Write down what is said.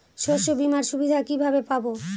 শস্যবিমার সুবিধা কিভাবে পাবো?